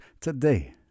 today